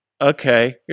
okay